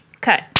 Cut